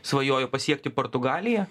svajojo pasiekti portugaliją